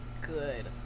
good